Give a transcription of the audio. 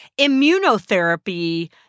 Immunotherapy